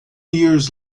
years